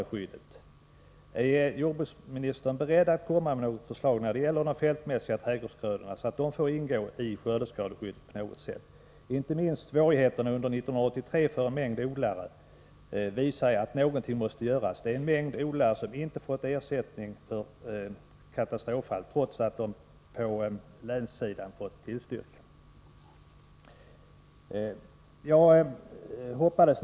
Jag skulle vilja fråga jordbruksministern: Är jordbruksministern näringen beredd att komma med förslag när det gäller de fältmässiga trädgårdsgrödorna, så att de får ingå i skördeskadeskyddet på något sätt? Inte minst svårigheterna under 1983 för en mängd odlare visar att någonting måste göras. Det är en mängd odlare som inte fått ersättning för katastroffall, trots att de fått tillstyrkan från länsmyndigheterna.